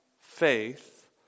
faith